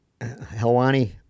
Helwani